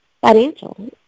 financial